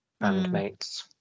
bandmates